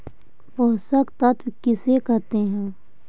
पोषक तत्त्व किसे कहते हैं?